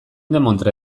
demontre